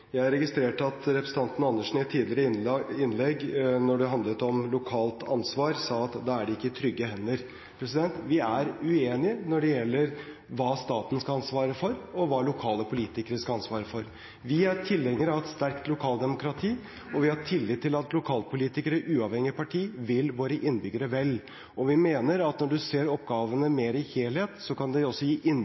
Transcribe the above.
Jeg registrerte at representanten Andersen i et tidligere innlegg når det handlet om lokalt ansvar, sa at da er det ikke i «trygge hender». Vi er uenige når det gjelder hva staten skal ha ansvaret for, og hva lokale politikere skal ha ansvaret for. Vi er tilhengere av et sterkt lokaldemokrati, og vi har tillit til at lokalpolitikere uavhengig av parti vil våre innbyggere vel – og vi mener at når man ser oppgavene mer i helhet, kan det også gi